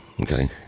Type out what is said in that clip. okay